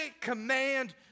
command